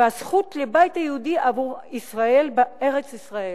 והזכות לבית יהודי עבור ישראל בארץ-ישראל.